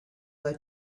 that